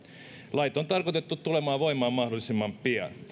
lait on tarkoitettu tulemaan voimaan mahdollisimman pian